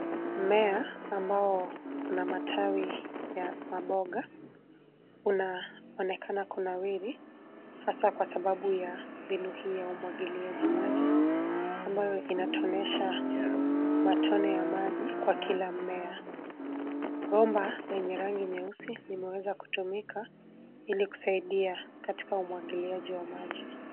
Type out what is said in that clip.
Mmea ambao una matawi ya maboga unaonekana kunawiri hasa kwa sababu ya mbinu hii ya umwagiliaji maji ambayo inatonesha matone ya maji kwa kila mmea. Bomba lenye rangi nyeusi limeweza kutumika ili kusaidia katika umwagiliaji wa maji.